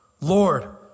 Lord